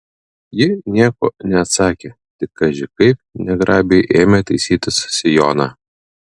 ji nieko neatsakė tik kaži kaip negrabiai ėmė taisytis sijoną